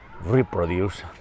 reproduce